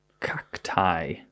Cacti